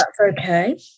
okay